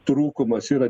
trūkumas yra